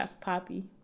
Poppy